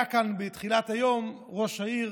היה כאן בתחילת היום ראש העיר